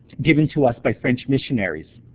given to us by french missionaries.